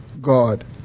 God